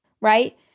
right